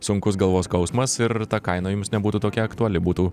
sunkus galvos skausmas ir ta kaina jums nebūtų tokia aktuali būtų